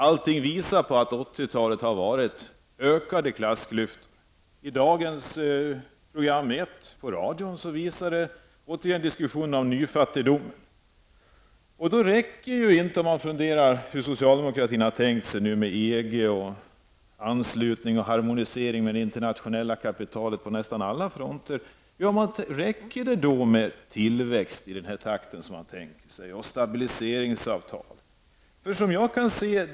Allting visar på att klassklyftorna har ökat under 80-talet. Socialdemokratin tänker sig nu EG-anslutning och harmonisering med det internationella kapitalet på nästan alla fronter. Räcker det då med tillväxt i den takt som man tänker sig och stabiliseringsavtal?